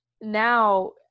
now